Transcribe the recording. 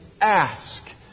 ask